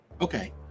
Okay